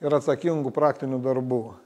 ir atsakingų praktinių darbų